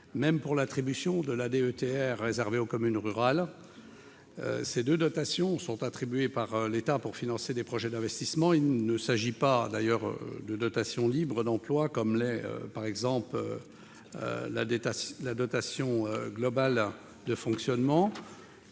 même pour l'attribution de la DETR réservée aux communes rurales. Ces deux dotations sont attribuées par l'État pour financer des projets d'investissement. D'ailleurs, il ne s'agit pas de dotations libres d'emploi, comme, par exemple, la dotation globale de fonctionnement.